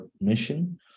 mission